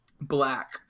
black